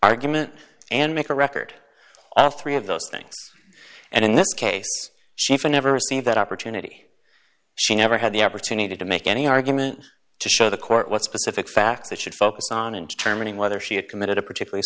argument and make a record all three of those things and in this case schieffer never seen that opportunity she never had the opportunity to make any argument to show the court what specific facts that should focus on in determining whether she had committed a particularly